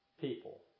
people